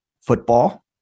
football